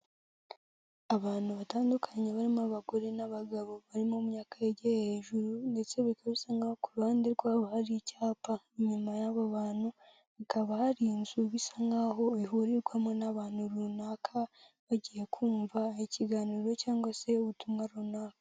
Abantu batandukanye barimo abagore n'abagabo, bari mu myaka yegeye hejuru ndetse bikaba bisa nk'aho ku ruhande rwabo hari icyapa, inyuma yabo bantu hakaba hari inzu bisa nk'aho ihurirwamo n'abantu runaka bagiye kumva ikiganiro cyangwa se ubutumwa runaka.